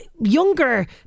younger